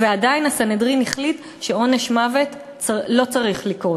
ועדיין הסנהדרין החליטה שעונש מוות לא צריך לקרות.